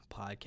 podcast